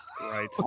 right